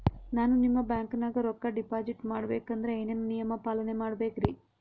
ನಾನು ನಿಮ್ಮ ಬ್ಯಾಂಕನಾಗ ರೊಕ್ಕಾ ಡಿಪಾಜಿಟ್ ಮಾಡ ಬೇಕಂದ್ರ ಏನೇನು ನಿಯಮ ಪಾಲನೇ ಮಾಡ್ಬೇಕ್ರಿ?